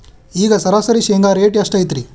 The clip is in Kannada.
ಈಗ ಸರಾಸರಿ ಶೇಂಗಾ ರೇಟ್ ಎಷ್ಟು ಐತ್ರಿ?